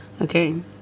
Okay